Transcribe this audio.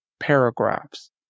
paragraphs